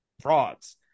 frauds